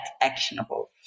actionable